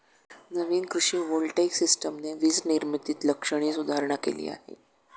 नवीन कृषी व्होल्टेइक सिस्टमने वीज निर्मितीत लक्षणीय सुधारणा केली आहे